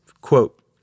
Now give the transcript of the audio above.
quote